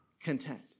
content